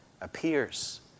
appears